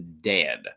dead